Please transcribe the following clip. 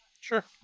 Sure